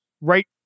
right